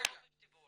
יש לי חופש דיבור.